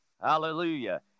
Hallelujah